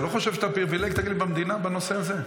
אתה לא חושב שאתה פריבילג במדינה בנושא הזה?